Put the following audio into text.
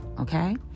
okay